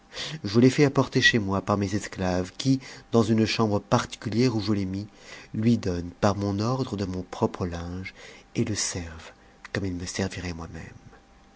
je l'ai fait apporter chez moi parmes esclaves qui dans une chambre particulière où je l'ai mis lui donnent par mon ordre de mon propre linge et le servent comme ils me serviraient moi-même